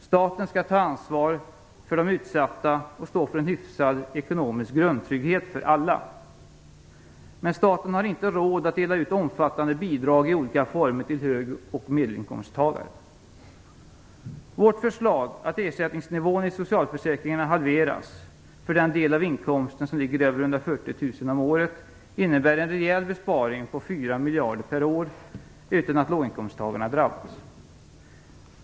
Staten skall ta ansvar för de utsatta och stå för en hyfsad ekonomisk grundtrygghet för alla. Men staten har inte råd att dela ut omfattande bidrag i olika former till hög och medelinkomsttagare. Vårt förslag att om ersättningsnivån i socialförsäkringarna skall halveras för den del av inkomsten som ligger över 140 000 om året innebär en rejäl besparing på 4 miljarder per år utan att låginkomsttagarna drabbas.